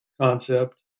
concept